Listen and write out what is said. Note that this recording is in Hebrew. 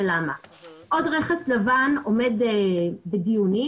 עוד רכס לבן עומד בדיונים,